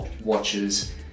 watches